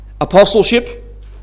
Apostleship